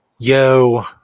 Yo